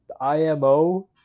IMO